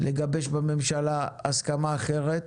לגבש בממשלה הסכמה אחרת,